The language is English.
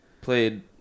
played